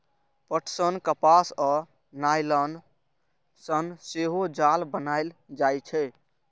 पटसन, कपास आ नायलन सं सेहो जाल बनाएल जाइ छै